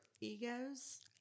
egos